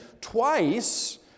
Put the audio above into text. twice